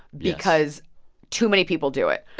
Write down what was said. because too many people do it.